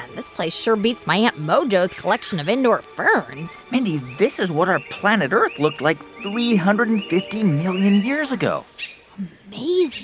this place sure beats my aunt mojo's collection of indoor ferns mindy, this is what our planet earth looked like three hundred and fifty million years ago amazing.